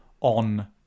on